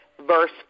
verse